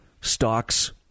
stocks